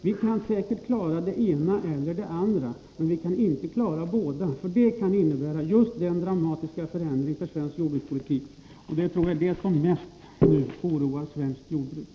Vi kan säkert klara det ena eller det andra, men vi kan inte klara båda, för det kan innebära en dramatisk förändring för svensk jordbrukspolitik. Det tror jag är det som mest oroar svenska jordbrukare.